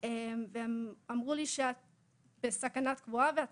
והן אמרו לי "..את כרגע בסכנה קבועה ואת